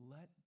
Let